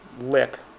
lip